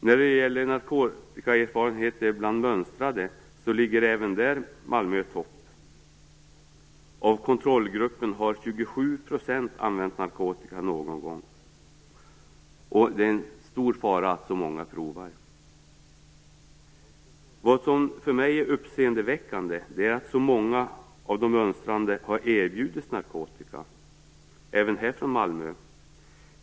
När det gäller narkotikaerfarenheter bland mönstrade ligger även där Malmö i topp. Av kontrollgruppen har 27 % använt narkotika någon gång. Det är en stor fara att så många provar. Vad som för mig är uppseendeväckande är att så många av de mönstrade har erbjudits narkotika.